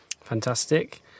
Fantastic